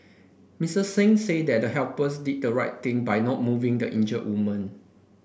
Miss Singh said that the helpers did the right thing by not moving the injured woman